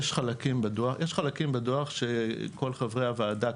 יש חלקים בדוח שכל חברי הוועדה,